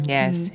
Yes